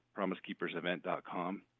promisekeepersevent.com